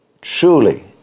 Truly